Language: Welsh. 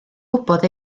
gwybod